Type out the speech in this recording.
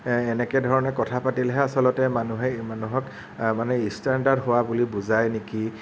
এনেকে ধৰণে কথা পাতিলেহে আচলতে মানুহে মানুহক মানে ইষ্টেণদাৰ্ড হোৱা বুলি বুজাই নিকি